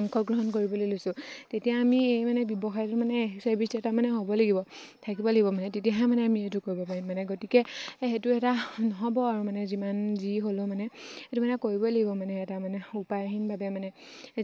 অংশগ্ৰহণ কৰিবলৈ লৈছোঁ তেতিয়া আমি এই মানে ব্যৱসায়টো মানে চাৰ্ভিচটো এটা মানে হ'ব লাগিব থাকিব লাগিব মানে তেতিয়াহে মানে আমি এইটো কৰিব পাৰিম মানে গতিকে সেইটো এটা নহ'ব আৰু মানে যিমান যি হ'লেও মানে সেইটো মানে কৰিবই লাগিব মানে এটা মানে উপায়হীন বাবে মানে